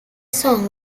song